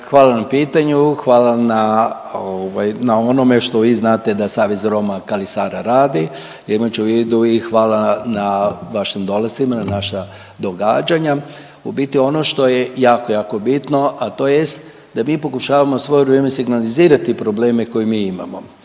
Hvala na pitanju, hvala na onome što vi znate da Savez Roma KALI SARA radi, imaću u vidu i hvala na vašim dolascima na naša događanja. U biti ono što je jako, jako bitno, a tj. da mi pokušavamo u svoje vrijeme signalizirati probleme koje mi imamo